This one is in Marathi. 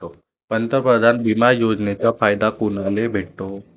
पंतप्रधान बिमा योजनेचा फायदा कुनाले भेटतो?